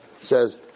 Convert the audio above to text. says